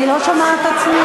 אני לא שומעת את עצמי.